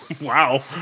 Wow